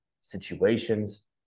situations